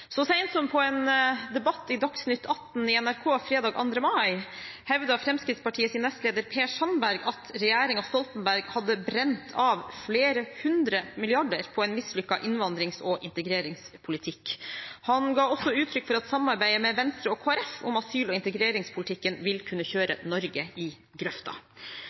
Så sent som i en debatt i Dagsnytt atten i NRK fredag 2. mai, hevdet Fremskrittspartiets nestleder Per Sandberg at regjeringen Stoltenberg hadde brent av flere hundre milliarder kroner på en mislykket innvandrings- og integreringspolitikk. Han ga også uttrykk for at samarbeidet med Venstre og Kristelig Folkeparti om asyl- og integreringspolitikken vil kunne kjøre Norge i grøfta.